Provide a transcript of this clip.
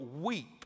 weep